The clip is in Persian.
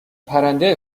پرنده